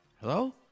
hello